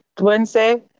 Wednesday